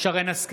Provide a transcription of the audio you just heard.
שרן מרים השכל,